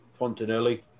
Fontanelli